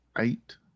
Eight